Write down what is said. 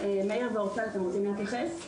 מאיר ואורטל, אתם רוצים להתייחס?